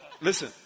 listen